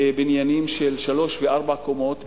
בבניינים של שלוש וארבע קומות,